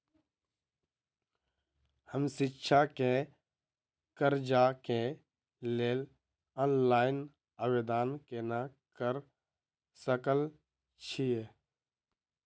हम शिक्षा केँ कर्जा केँ लेल ऑनलाइन आवेदन केना करऽ सकल छीयै?